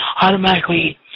automatically